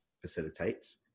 facilitates